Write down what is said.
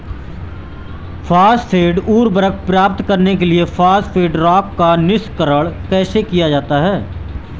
Phosphate उर्वरक प्राप्त करने के लिए फॉस्फेट रॉक का निष्कर्षण कैसे किया जाता है?